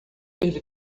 ele